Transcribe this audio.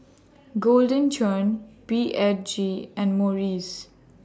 Golden Churn B H G and Morries